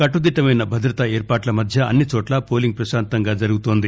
కట్టుదిట్టమైన భద్రతా ఏర్పాట్ల మధ్య అన్ని చోట్ల పోలింగ్ పశాంతంగా జరుగుతోంది